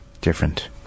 different